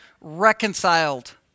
reconciled